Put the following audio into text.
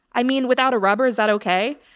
i mean without a rubber. is that okay?